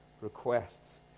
requests